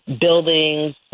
buildings